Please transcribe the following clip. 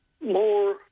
more